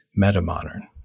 metamodern